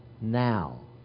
Now